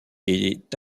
est